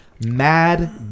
Mad